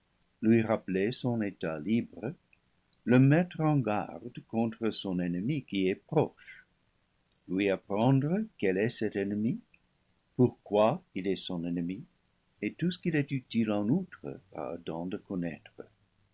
lui rappeler son état libre le mettre en garde contre son ennemi qui est proche lui apprendre quel est cet ennemi pourquoi il est son ennemi et tout ce qu'il est utile en outre à adam de connaître